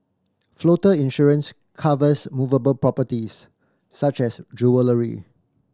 floater insurance covers movable properties such as jewellery